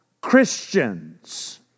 Christians